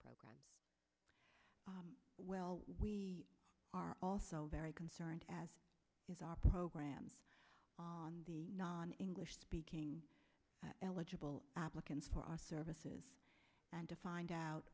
program well we are also very concerned as is our program on the non english speaking eligible applicants for our services and to find out